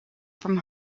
from